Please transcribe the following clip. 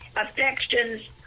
affections